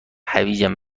هویجم